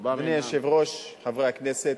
אדוני היושב-ראש, חברי הכנסת,